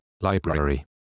library